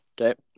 Okay